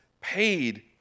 paid